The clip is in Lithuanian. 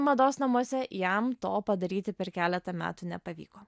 mados namuose jam to padaryti per keletą metų nepavyko